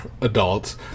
adults